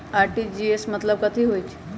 RTGS के मतलब कथी होइ?